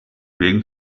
wegen